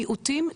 מיעוטים,